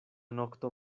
nokto